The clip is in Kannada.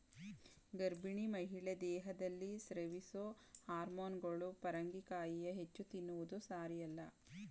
ಗರ್ಭಿಣಿ ಮಹಿಳೆ ದೇಹದಲ್ಲಿ ಸ್ರವಿಸೊ ಹಾರ್ಮೋನುಗಳು ಪರಂಗಿಕಾಯಿಯ ಹೆಚ್ಚು ತಿನ್ನುವುದು ಸಾರಿಯಲ್ಲ